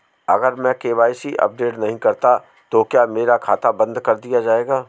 अगर मैं KYC update नहीं करता तो क्या मेरा खाता बंद कर दिया जाएगा?